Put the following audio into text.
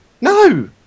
No